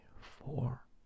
four